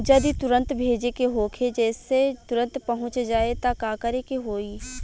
जदि तुरन्त भेजे के होखे जैसे तुरंत पहुँच जाए त का करे के होई?